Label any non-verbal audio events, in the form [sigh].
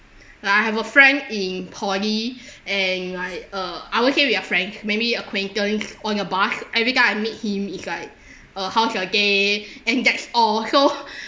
like I have a friend in poly [breath] and like uh I won't say we are friend maybe acquaintance on a bus every time I meet him is like [breath] uh how's your day and that's all so